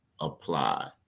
apply